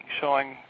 showing